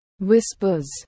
Whispers